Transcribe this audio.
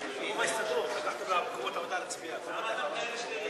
ההצעה להעביר את הצעת חוק הבחירות לכנסת (תיקון מס' 61)